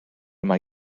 mae